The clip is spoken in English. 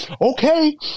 Okay